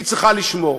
היא צריכה לשמור,